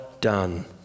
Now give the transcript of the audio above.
done